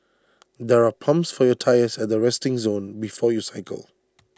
there are pumps for your tyres at the resting zone before you cycle